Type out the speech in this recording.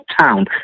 Town